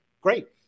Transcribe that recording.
great